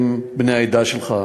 בה גם שוטרים בני העדה שלך.